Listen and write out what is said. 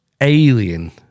Alien